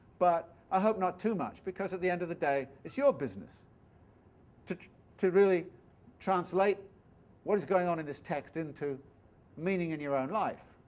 but i hope not too much because at the end of the day it is your business to to really translate what's going on in this text into meaning in your own life.